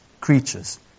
creatures